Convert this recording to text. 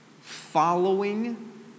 Following